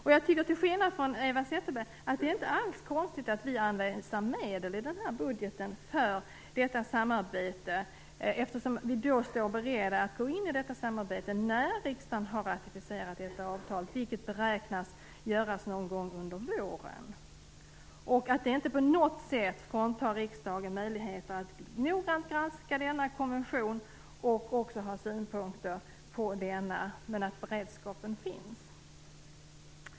Jag tycker till skillnad från Eva Zetterberg att det inte alls är konstigt att vi anvisar medel i budgeten för detta samarbete. Då står vi ju beredda att gå in i samarbetet när riksdagen har ratificerat avtalet, vilket beräknas ske någon gång under våren. Det leder inte på något sätt till att riksdagen fråntas möjligheter att noggrant granska denna konvention och också ha synpunkter på denna, samtidigt som beredskapen finns.